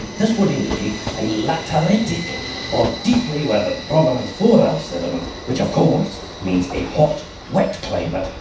this would indicate a lateritic or deeply weathered providence for our sediments, which of course means a hot wet climate,